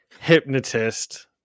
hypnotist